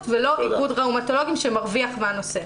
ולא איגוד ראומטולוגים שמרוויח מהנושא.